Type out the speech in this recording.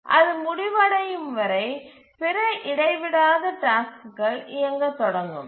அது முடிவடையும் வரை பிற இடைவிடாத டாஸ்க்குகள் இயங்கத் தொடங்கும்